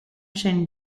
chen